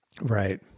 Right